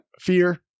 Fear